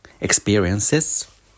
experiences